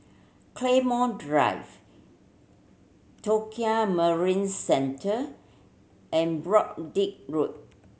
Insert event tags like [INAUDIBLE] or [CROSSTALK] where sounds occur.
Claymore Drive Tokio Marine Centre and [UNINTELLIGIBLE] Road